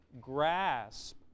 grasp